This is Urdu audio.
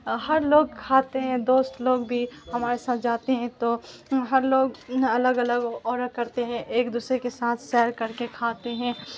ہر لوگ کھاتے ہیں دوست لوگ بھی ہمارے ساتھ جاتے ہیں تو ہر لوگ الگ الگ آڈر کرتے ہیں ایک دوسرے کے ساتھ شیئر کر کے کھاتے ہیں